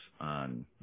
on